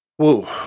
whoa